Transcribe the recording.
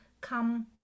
come